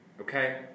okay